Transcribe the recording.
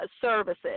services